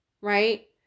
right